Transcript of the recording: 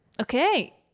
Okay